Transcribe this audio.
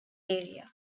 areas